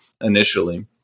initially